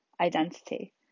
identity